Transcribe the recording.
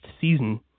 season